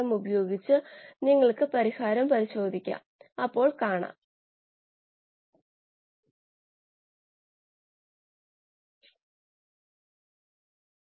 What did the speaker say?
5 ന്റെ ഒരു ഭാഗം ലഭിക്കും അങ്ങനെയാണെങ്കിൽ അനേറോബിക്കായി ഇത് ഏകദേശം 0